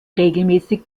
regelmäßig